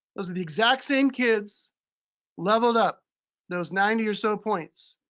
those are the exact same kids leveled up those ninety or so points.